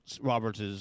Roberts